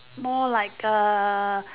more like a